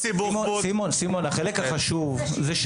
רק שבוע שעבר שלחנו מכתב להתאחדות בנוגע לניקוד